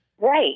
Right